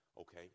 Okay